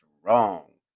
strong